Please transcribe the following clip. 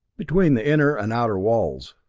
between the inner and outer walls.